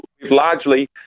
largely